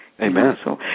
amen